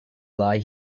lie